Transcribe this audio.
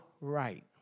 right